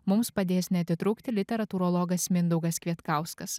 mums padės neatitrūkti literatūrologas mindaugas kvietkauskas